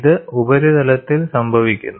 ഇത് ഉപരിതലത്തിൽ സംഭവിക്കുന്നു